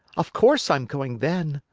of course i'm going then!